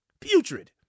Putrid